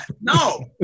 No